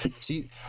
see